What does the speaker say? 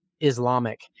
islamic